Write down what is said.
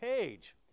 page